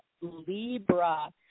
Libra